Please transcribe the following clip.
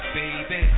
baby